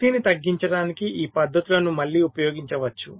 శక్తిని తగ్గించడానికి ఈ పద్ధతులను మళ్లీ ఉపయోగించవచ్చు